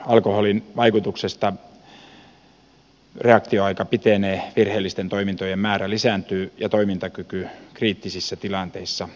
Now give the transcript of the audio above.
alkoholin vaikutuksesta reaktioaika pitenee virheellisten toimintojen määrä lisääntyy ja toimintakyky kriittisissä tilanteissa heikkenee